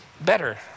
better